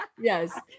Yes